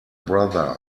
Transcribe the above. brother